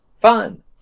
Fun